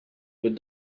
with